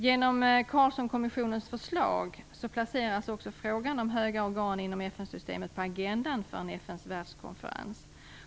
Genom Carlssonkommissionens förslag placeras frågan om höga organ inom FN-systemet på agendan för en FN:s världskonferens.